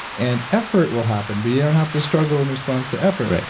and effort will happen, but you don't have to struggle in response to effort.